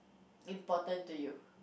important to you